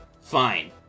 Fine